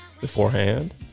beforehand